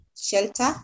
shelter